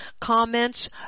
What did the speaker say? comments